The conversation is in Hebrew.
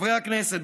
חברי הכנסת,